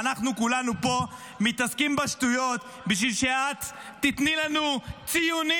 ואנחנו כולנו פה מתעסקים בשטויות בשביל שאת תיתני לנו ציונים.